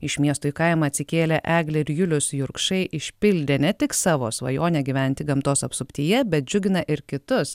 iš miesto į kaimą atsikėlę eglė ir julius jurkšai išpildė ne tik savo svajonę gyventi gamtos apsuptyje bet džiugina ir kitus